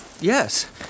Yes